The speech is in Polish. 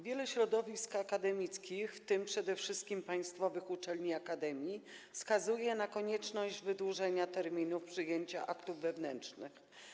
Wiele środowisk akademickich, w tym przede wszystkim państwowych uczelni i akademii, wskazuje na konieczność wydłużenia terminów przyjęcia aktów wewnętrznych.